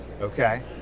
Okay